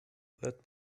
that